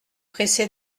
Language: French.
pressé